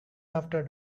after